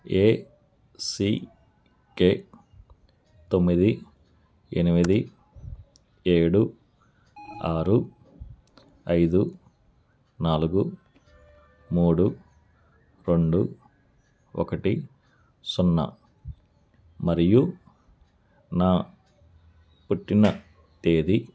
ACK తొమ్మిది ఎనిమిది ఏడు ఆరు ఐదు నాలుగు మూడు రెండు ఒకటి సున్నా మరియు నా పుట్టిన తేదీ